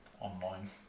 online